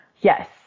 Yes